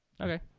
Okay